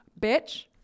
Bitch